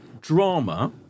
drama